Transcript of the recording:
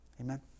Amen